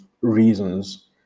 reasons